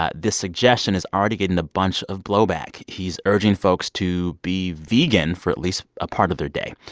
ah this suggestion is already getting a bunch of blowback. he's urging folks to be vegan for at least a part of their day.